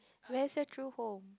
where's your true home